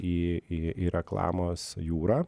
į į į reklamos jūrą